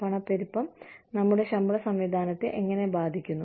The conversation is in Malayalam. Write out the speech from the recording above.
പണപ്പെരുപ്പം നമ്മുടെ ശമ്പള സംവിധാനത്തെ എങ്ങനെ ബാധിക്കുന്നു